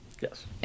Yes